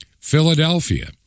Philadelphia